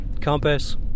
compass